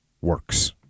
works